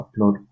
upload